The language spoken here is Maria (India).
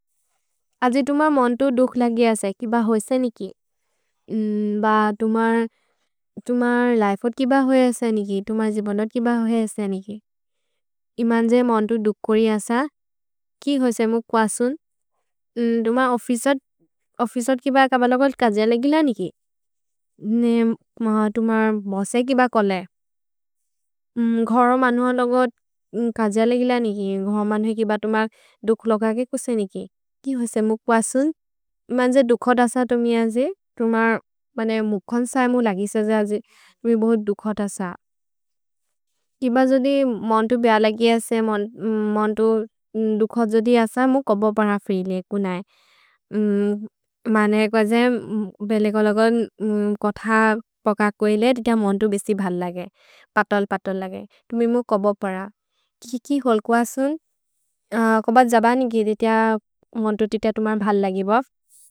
अजे तुमर् मोन्तु दुख् लगि अस, किब होएस्ते निकि?। भ तुमर् लिफेओत् किब होएस्ते निकि?। तुमर् जिबोन्दोत् किब होएस्ते निकि?। इमन्जे मोन्तु दुख् कोरि अस, कि होएस्ते मु क्वसुन्?। तुमर् ओफ्फिचेओत् किब कबलोगत् कजिय लेगिल निकि?। तुमर् बोसे किब कोले?। घरो मनोहन् लोगत् कजिय लेगिल निकि?। घरो मनोहन् लोगत् कजिय लेगिल निकि?। कि होएस्ते मु क्वसुन्?। इमन्जे दुखत् अस तुमि अजे?। तुमर् मुखन्स एमु लगिस अजे, तुमि बहोत् दुखत् अस। किब जोदि मोन्तु बिय लगि असे, मोन्तु दुखत् जोदि अस, तुमि कबो पर फ्री ले?। कुनए?। मने एको अजे, बेलेकोलोगोन् कोथ पककोए ले, तिग मोन्तु बेसि भल् लगे। पतल् पतल् लगे। तुमि मु कबो पर?। किकि होल् क्वसुन्?। कोब जबनि गेदेतेअ, मोन्तु तित तुमर् भल् लगिबोफ्?।